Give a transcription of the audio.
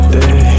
day